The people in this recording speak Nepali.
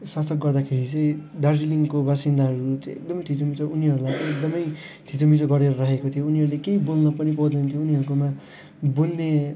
शासक गर्दाखेरि चाहिँ दार्जिलिङको बासिन्दाहरू चाहिँ एकदमै थिचोमिचो उनीहरूलाई चाहिँ एकदमै थियोमिचो गरेर राखेको थियो उनीहरूले केही बोल्नु पनि पाउँदैनथियो उनीहरूकोमा बोल्ने